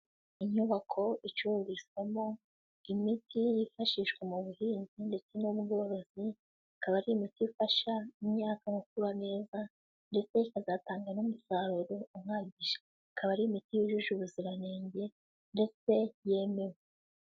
Inyubako icururizwamo imiti yifashishwa mu buhinzi ndetse n'ubworozi, ikaba ari imiti ifasha imyaka mu gukura neza, ndetse ikazatanga n'umusaruro uhagije, ikaba ari imiti yujuje ubuziranenge ndetse yemewe.